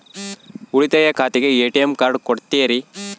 ಉಳಿತಾಯ ಖಾತೆಗೆ ATM card ಕೊಡ್ತೇರಿ?